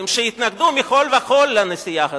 שהתנגדו מכול וכול לנסיעה הזאת?